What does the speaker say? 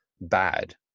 bad